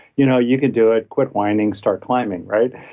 you know you can do it. quit whining, start climbing. right?